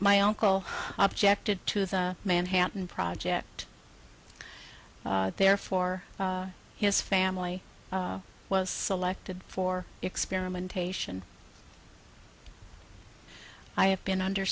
my uncle objected to the manhattan project therefore his family was selected for experimentation i have been under